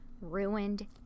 ruined